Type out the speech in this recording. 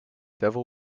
devil